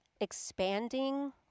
expanding